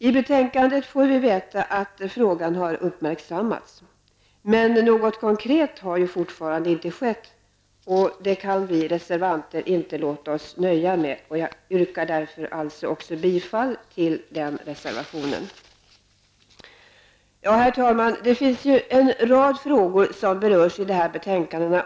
I betänkandet får vi veta att frågan har uppmärksammats. Men något konkret har ju fortfarande inte skett. Det kan vi reservanter inte låta oss nöja med, och jag yrkar därför bifall också till den reservationen. Herr talman! Det finns ju en rad andra frågor som berörs i de här betänkandena.